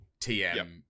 tm